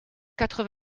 quatre